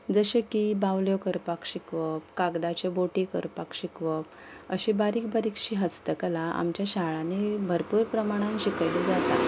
जशें की बावल्यो करपाक शिकोवप कागदाच्यो बोटी करपाक शिकोवप अशी बारीक बारीक शी हस्तकला आमच्या शाळांनी भरपूर प्रमाणान शिकयली जातात